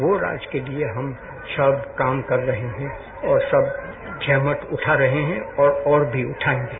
वो राज के लिए हम सब काम कर रहे हैं और सब जहमत उठा रहे हैं और और भी उठाएंगे